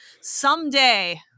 someday